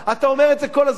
אתה אומר את זה כל הזמן.